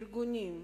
ארגונים,